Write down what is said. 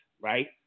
right